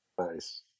Nice